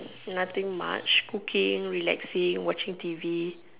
nothing much cooking relaxing watching T V